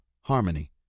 harmony